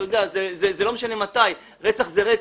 אתה לא יודע שזה לא משנה מתי, רצח הוא רצח,